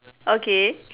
okay